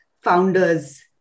founders